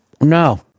No